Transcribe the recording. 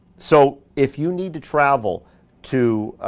so if you need to travel to,